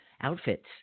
outfits